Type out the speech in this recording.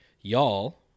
Y'all